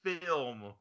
film